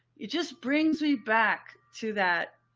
it just brings me back to that.